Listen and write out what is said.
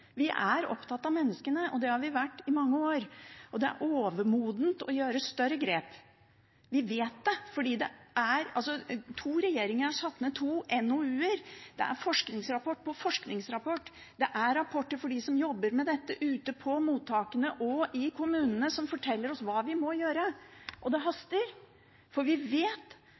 Vi er opptatt av menneskene, og det har vi vært i mange år. Det er overmodent for å ta større grep – og vi vet det. To regjeringer har satt ned to offentlige utvalg, det er forskningsrapport på forskningsrapport, det er rapporter fra dem som jobber med dette ute på mottakene og i kommunene, som forteller oss hva vi må gjøre. Og det haster, for vi vet